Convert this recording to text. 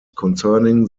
concerning